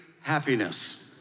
happiness